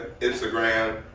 Instagram